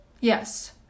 yes